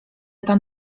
pan